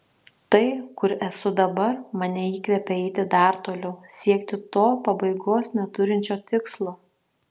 tai kur esu dabar mane įkvepia eiti dar toliau siekti to pabaigos neturinčio tikslo